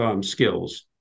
skills